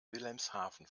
wilhelmshaven